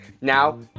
Now